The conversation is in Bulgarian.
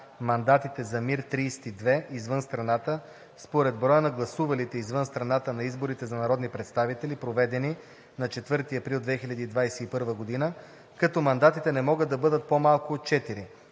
мандатите за МИР 32 „извън страната“ според броя на гласувалите извън страната на изборите за народни представители, проведени на 04 април 2021 г., като мандатите не могат да бъдат по-малко от 4.